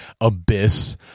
abyss